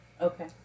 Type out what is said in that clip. Okay